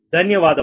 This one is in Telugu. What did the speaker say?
ధన్యవాదాలు